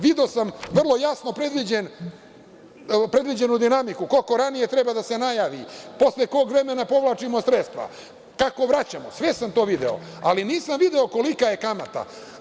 Video sam vrlo jasno predviđenu dinamiku, koliko ranije treba da se najavi, posle kog vremena povlačimo sredstva, kako vraćamo, sve sam to video, ali nisam video kolika je kamata.